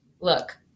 Look